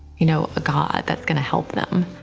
you know, a god that is going to help them.